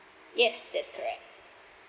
yes that's correct